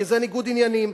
כי זה ניגוד עניינים.